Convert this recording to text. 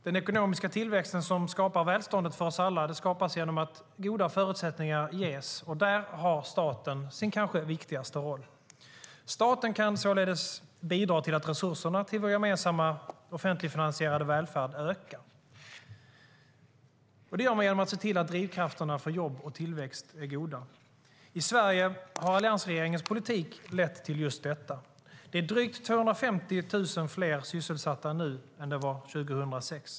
Den ekonomiska tillväxten som skapar välståndet för oss alla skapas genom att goda förutsättningar ges, och där har staten sin kanske viktigaste roll. Staten kan således bidra till att resurserna till vår gemensamma offentligfinansierade välfärd ökar. Det gör man genom att se till att drivkrafterna för jobb och tillväxt är goda. I Sverige har alliansregeringens politik lett till just detta. Det är drygt 250 000 fler sysselsatta nu än 2006.